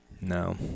No